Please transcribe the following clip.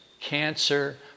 cancer